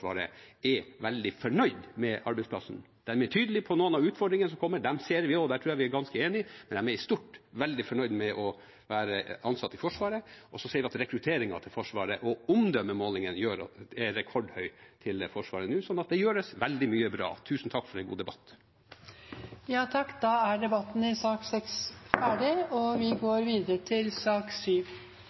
er veldig fornøyd med arbeidsplassen. De er tydelig på noen av utfordringene som kommer. Det ser vi også. Der tror jeg vi er ganske enig, men de er i stort veldig fornøyd med å være ansatt i Forsvaret. Så ser vi at rekrutteringen til Forsvaret og omdømmemålingen gjør at den er rekordhøy nå. Så det gjøres veldig mye bra. Tusen takk for en god debatt. Flere har ikke bedt om ordet til sak nr. 6. Nepal har ei lang historie med politisk ustabilitet og